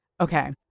Okay